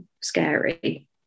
scary